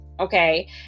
Okay